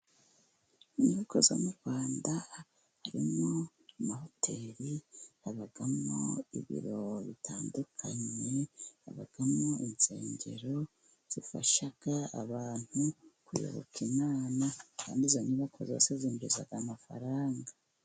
Inyubako zo mu rwanda, harimo amahoteri, habamo ibiro bitandukanye, habamo insengero, zifasha abantu kuyoboka imana, kandi izo nyubako zose zinjiza amafaranga.